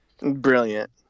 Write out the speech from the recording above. Brilliant